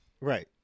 right